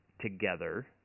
together